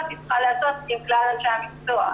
או לאפשרות ליצירת קשר לשם הגשת תלונה.